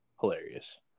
hilarious